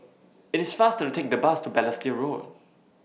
IT IS faster to Take The Bus to Balestier Road